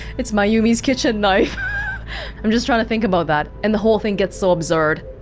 it's mayumi's kitchen knife i'm just trying to think about that and the whole thing gets so absurd